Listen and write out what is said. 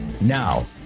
Now